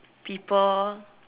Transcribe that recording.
people